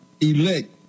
elect